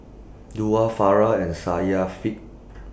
Daud Farah and Syafiqah